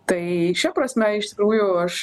tai šia prasme iš tikrųjų aš